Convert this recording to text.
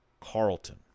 Carlton